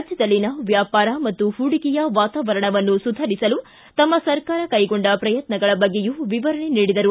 ರಾಜ್ಯದಲ್ಲಿನ ವ್ಯಾಪಾರ ಮತ್ತು ಪೂಡಿಕೆಯ ವಾತಾವರಣವನ್ನು ಸುಧಾರಿಸಲು ತಮ್ಮ ಸರ್ಕಾರ ಕೈಗೊಂಡ ಪ್ರಯತ್ನಗಳ ಬಗ್ಗೆಯೂ ವಿವರಣೆ ನೀಡಿದರು